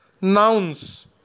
nouns